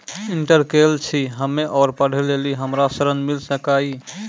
Inter केल छी हम्मे और पढ़े लेली हमरा ऋण मिल सकाई?